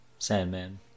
Sandman